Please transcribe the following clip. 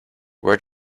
where